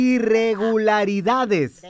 Irregularidades